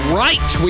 right